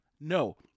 No